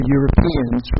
Europeans